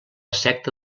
secta